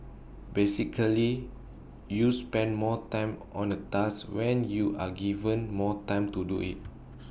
basically you spend more time on A task when you are given more time to do IT